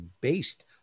based